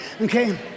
Okay